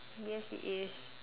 yes it is